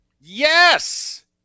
Yes